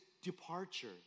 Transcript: departure